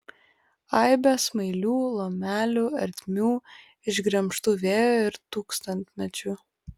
aibė smailių lomelių ertmių išgremžtų vėjo ir tūkstantmečių